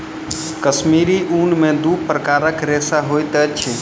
कश्मीरी ऊन में दू प्रकारक रेशा होइत अछि